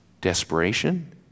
Desperation